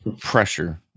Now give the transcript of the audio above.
pressure